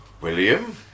William